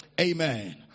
Amen